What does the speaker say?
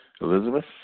Elizabeth